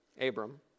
Abram